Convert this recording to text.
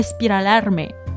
espiralarme